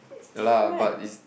lah but it's